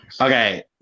Okay